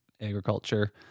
agriculture